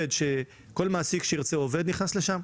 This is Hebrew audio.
כל מעסיק שירצה עובד נכנס לשם.